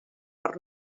per